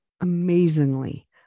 amazingly